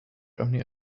germany